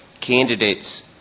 candidates